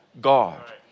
God